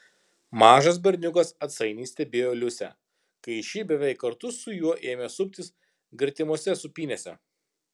mažas berniukas atsainiai stebėjo liusę kai ši beveik kartu su juo ėmė suptis gretimose sūpynėse